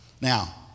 Now